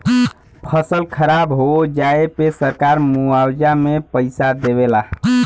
फसल खराब हो जाये पे सरकार मुआवजा में पईसा देवे ला